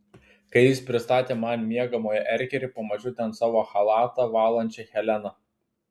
kai jis pristatė man miegamojo erkerį pamačiau ten savo chalatą valančią heleną